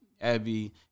Abby